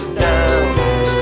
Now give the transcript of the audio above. down